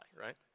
right